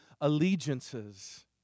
allegiances